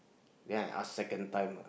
then I ask second time